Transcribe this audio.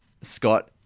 Scott